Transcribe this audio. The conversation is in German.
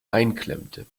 einklemmte